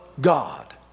God